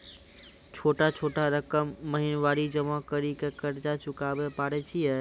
छोटा छोटा रकम महीनवारी जमा करि के कर्जा चुकाबै परए छियै?